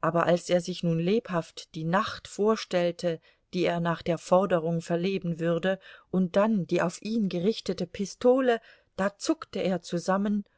aber als er sich nun lebhaft die nacht vorstellte die er nach der forderung verleben würde und dann die auf ihn gerichtete pistole da zuckte er zusammen